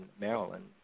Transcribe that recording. Maryland